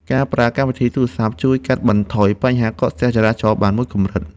ការប្រើកម្មវិធីទូរសព្ទ ជួយកាត់បន្ថយបញ្ហាកកស្ទះចរាចរណ៍បានមួយកម្រិត។